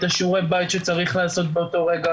את שיעורי הבית שצריך לעשות באותו רגע